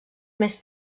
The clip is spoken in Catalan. més